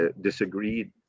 disagreed